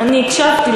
אני הקשבתי,